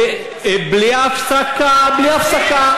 בלי הפסקה, בלי הפסקה.